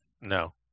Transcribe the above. no